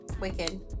Wicked